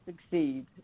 succeed